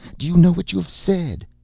do you know what you have said?